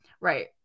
Right